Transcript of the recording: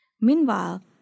Meanwhile